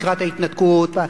לקראת ההתנתקות,